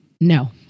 No